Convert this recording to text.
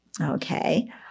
Okay